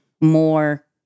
more